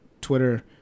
Twitter